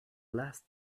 last